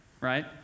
right